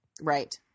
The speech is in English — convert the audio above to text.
right